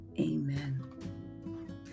Amen